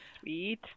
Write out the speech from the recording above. Sweet